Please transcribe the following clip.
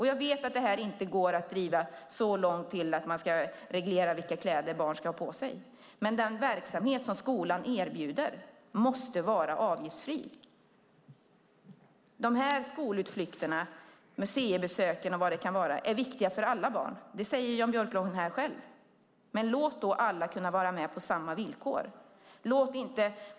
Jag vet att detta inte går att driva så långt som att reglera vilka kläder barn ska ha på sig, men den verksamhet som skolan erbjuder måste vara avgiftsfri. De här skolutflykterna, museibesöken och vad det kan vara är viktiga för alla barn; det säger Jan Björklund själv. Men låt då alla kunna vara med på samma villkor!